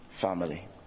family